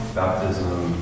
baptism